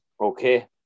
Okay